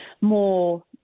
more